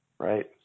Right